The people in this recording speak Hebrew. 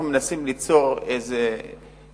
אנחנו מנסים ליצור תמהיל,